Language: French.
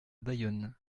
bayonne